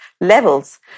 levels